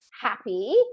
happy